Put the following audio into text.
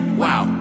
wow